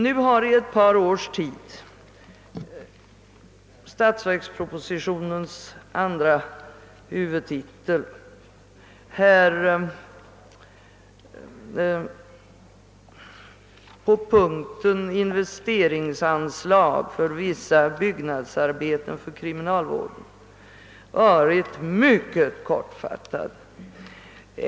Nu har i ett par års tid statsverkspropositionens andra huvudtitel på punkten om investeringsanslag till Vissa byggnadsarbeten för kriminalvården varit mycket kortfattad.